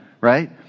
Right